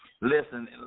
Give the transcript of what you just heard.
Listen